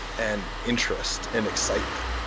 and interest, and excitement.